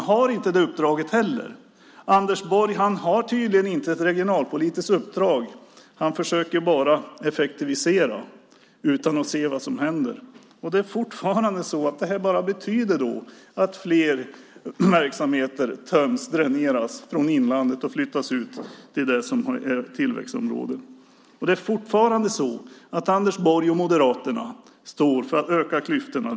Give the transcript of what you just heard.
Man har inte heller det uppdraget. Anders Borg har tydligen inte ett regionalpolitiskt uppdrag. Han försöker bara effektivisera utan att se vad som händer. Det här betyder fortfarande bara att fler verksamheter töms och dräneras och flyttas ut från inlandet till tillväxtområdena. Det är fortfarande så att Anders Borg och Moderaterna står för att öka klyftorna.